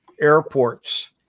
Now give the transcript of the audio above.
airports